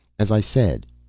as i said,